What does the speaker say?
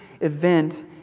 event